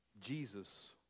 Jesus